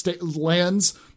lands